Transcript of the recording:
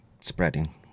spreading